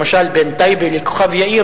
למשל בין טייבה לכוכב-יאיר,